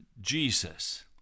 Jesus